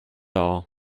all